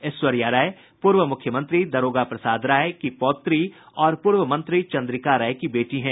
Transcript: ऐश्वर्या राय पूर्व मुख्यमंत्री दारोगा प्रसाद राय की पौत्री और पूर्व मंत्री चन्द्रिका राय की बेटी हैं